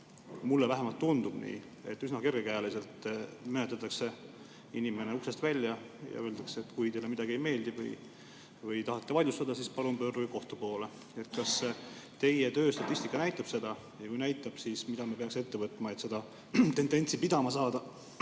mulle vähemalt tundub nii, et üsna kergekäeliselt menetletakse inimene uksest välja ja öeldakse, et kui teile midagi ei meeldi või tahate vaidlustada, siis palun pöörduge kohtu poole. Kas teie tööstatistika näitab seda, ja kui näitab, siis mida me peaksime ette võtma, et seda tendentsi pidama saada